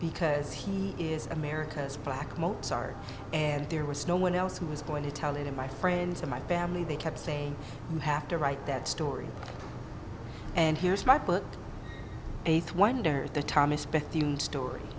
because he is america's black mozart and there was no one else who was going to tell it in my friends or my family they kept saying you have to write that story and here's my book eighth wonder the thomas